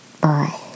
bye